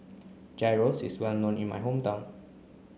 Gyros is well known in my hometown